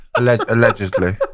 Allegedly